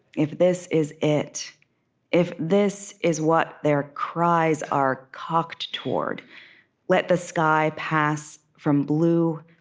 if this is it if this is what their cries are cocked toward let the sky pass from blue,